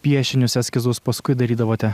piešinius eskizus paskui darydavote